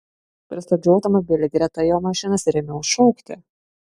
pristabdžiau automobilį greta jo mašinos ir ėmiau šaukti